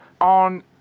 on